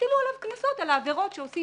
והטילו עליו קנסות על העבירות שעושים